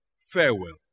Farewell